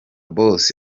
boss